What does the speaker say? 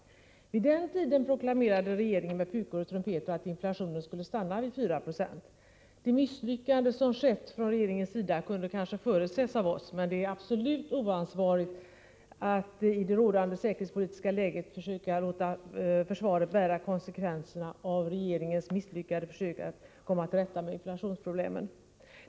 Vid den tiden proklamerade regeringen med pukor och trumpeter att inflationen skulle stanna vid 4 96. Regeringens misslyckande i det avseendet kunde kanske förutses av oss, men det är absolut oansvarigt att i det rådande säkerhetspolitiska läget låta försvaret bära konsekvenserna av detta misslyckade försök att komma till rätta med inflationsproblemen.